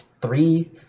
three